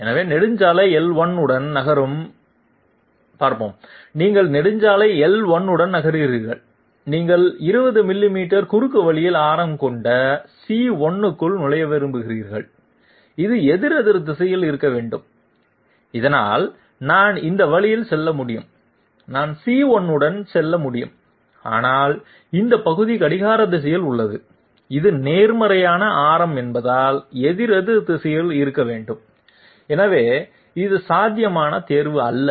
எனவே நெடுஞ்சாலை l1 உடன் நகரும் பார்ப்போம் நீங்கள் நெடுஞ்சாலை l1 உடன் நகர்கிறீர்கள் நீங்கள் 20 மில்லிமீட்டர் குறுக்குவழியின் ஆரம் கொண்ட c1 க்குள் நுழைய விரும்புகிறீர்கள் இது எதிரெதிர் திசையில் இருக்க வேண்டும் இதனால் நான் இந்த வழியில் செல்ல முடியும் நான் c1 உடன் செல்ல முடியும் ஆனால் இந்த பகுதி கடிகார திசையில் உள்ளது இது நேர்மறையான ஆரம் என்பதால் எதிரெதிர் திசையில் இருக்க வேண்டும் எனவே இது சாத்தியமான தேர்வு அல்ல